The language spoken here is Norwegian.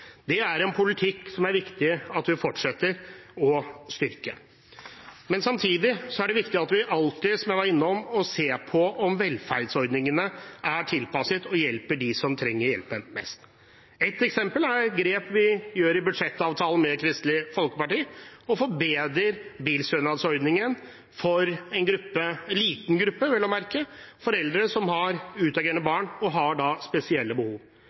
Det er en politikk som det er viktig at vi fortsetter å styrke. Men samtidig er det viktig at vi alltid, som jeg var innom, ser på om velferdsordningene er tilpasset og hjelper dem som trenger hjelpen mest. Et eksempel er et grep vi gjør i budsjettavtalen med Kristelig Folkeparti, å forbedre bilstønadsordningen for en gruppe foreldre – en liten gruppe, vel å merke – som har utagerende barn, og har spesielle behov.